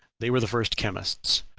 they were the first chemists.